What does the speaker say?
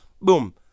Boom